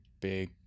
big